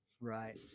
right